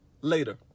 later